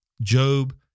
Job